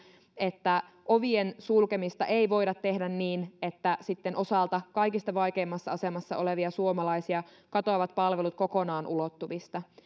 että ovien sulkemista ei voida tehdä niin että sitten osalta kaikista vaikeimmassa asemassa olevia suomalaisia katoavat palvelut kokonaan ulottuvilta